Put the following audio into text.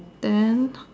then